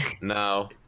no